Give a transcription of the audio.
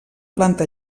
planta